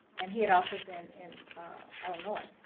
and he had also been in illinois,